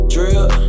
Drill